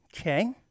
okay